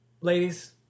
Ladies